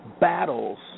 battles